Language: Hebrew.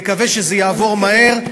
נקווה שזה יעבור מהר,